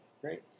great